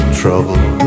trouble